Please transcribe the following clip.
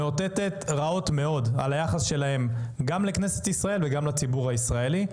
מאותתת רעות מאוד על היחס שלהם גם לכנסת ישראל וגם לציבור הישראלי.